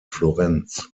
florenz